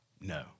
No